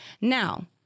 Now